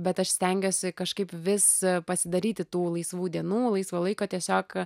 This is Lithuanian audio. bet aš stengiuosi kažkaip vis pasidaryti tų laisvų dienų laisvo laiko tiesiog